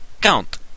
Count